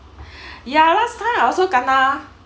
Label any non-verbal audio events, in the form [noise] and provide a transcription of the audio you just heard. [breath] ya last time I also kena